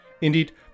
Indeed